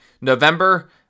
November